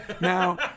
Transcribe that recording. Now